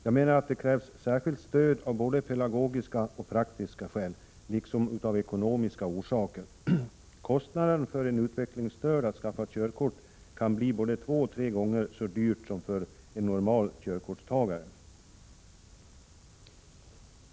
Jag menar att det krävs särskilt stöd av både pedagogiska och praktiska skäl, liksom av ekonomiska orsaker. Den kostnad som en utvecklingsstörd har för att skaffa körkort kan bli både två och tre gånger så hög som för en normal körkortstagare.